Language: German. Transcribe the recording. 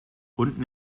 unten